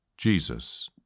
Jesus